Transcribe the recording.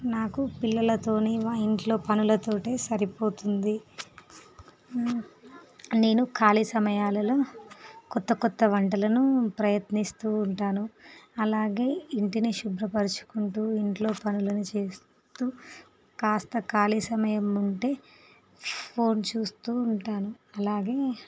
నాకు పిల్లలతో మా ఇంట్లో పనులతో సరిపోతుంది నేను ఖాళీ సమయాలలో కొత్త కొత్త వంటలను ప్రయత్నిస్తు ఉంటాను అలాగే ఇంటిని శుభ్ర పరుచుకుంటు ఇంట్లో పనులను చేస్తు కాస్త ఖాళీ సమయం ఉంటే ఫోన్ చూస్తు ఉంటాను అలాగే